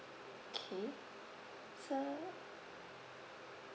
okay so